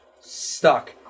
stuck